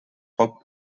poc